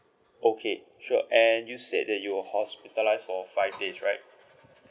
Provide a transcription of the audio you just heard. okay sure and you said that you were hospitalised for five days right